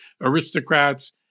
aristocrats